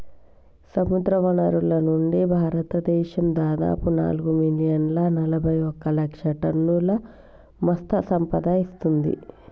సముద్రవనరుల నుండి, భారతదేశం దాదాపు నాలుగు మిలియన్ల నలబైఒక లక్షల టన్నుల మత్ససంపద ఇస్తుంది